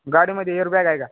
गाडीमध्ये एयरबॅग आहे का